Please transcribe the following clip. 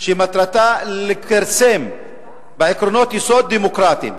שמטרתה לכרסם בעקרונות יסוד דמוקרטיים,